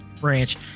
branch